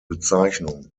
bezeichnung